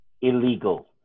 illegal